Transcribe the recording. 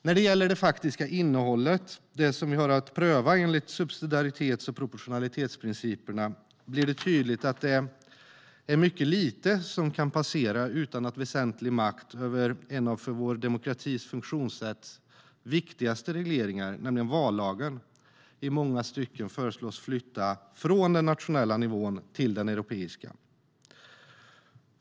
När det gäller det faktiska innehållet - det vi har att pröva enligt subsidiaritets och proportionalitetsprinciperna - blir det tydligt att det är mycket lite som kan passera utan att väsentlig makt över en av de regleringar som är viktigast för vår demokratis funktionssätt, nämligen vallagen, i många stycken föreslås flytta från den nationella nivån till den europeiska.